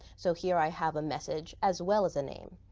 so here i have a message, as well as a name.